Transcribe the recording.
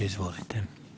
Izvolite.